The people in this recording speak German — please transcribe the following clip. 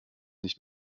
nicht